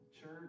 church